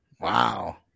Wow